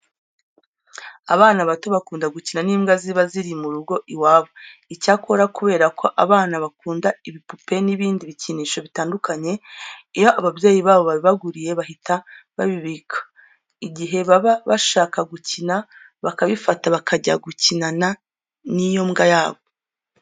Abana bato bakunda gukina n'imbwa ziba ziri mu rugo iwabo. Icyakora kubera ko abana bakunda ibipupe n'ibindi bikinisho bitandukanye, iyo ababyeyi babo babibaguriye bahita babibika, igihe baba bashaka gukina bakabifata bakajya gukinana n'iyo mbwa yabo.